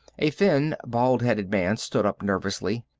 a thin, bald-headed man stood up nervously.